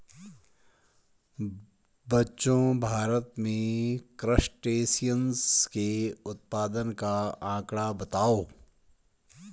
बच्चों भारत में क्रस्टेशियंस के उत्पादन का आंकड़ा बताओ?